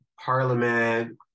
parliament